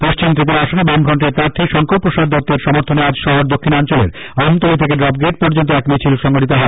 পশ্চিম ত্রিপুরা আসনে বামফ্রন্টের প্রার্থী শংকর প্রসাদ দত্তের সমর্থনে আজ শহর দক্ষিনাঞ্চলের আমতলী থেকে ড্রপ গেইট পর্যন্ত এক মিছিল সংগঠিত হয়